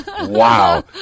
Wow